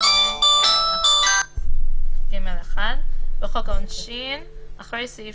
382 בחוק העונשין, התשל"ז- 1977, אחרי סעיף